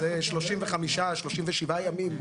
זה 35 או 37 ימים.